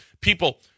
People